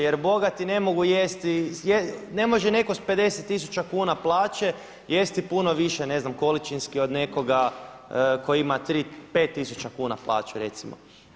Jer bogati ne mogu jesti, ne može netko s 50 tisuća kuna plaće jesti puno više ne znam količinski od nekoga ko ima 5 tisuća kuna plaću recimo.